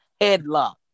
headlock